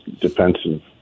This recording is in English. defensive